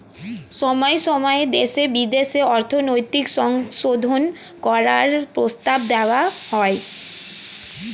সময়ে সময়ে দেশে বিদেশে অর্থনৈতিক সংশোধন করার প্রস্তাব দেওয়া হয়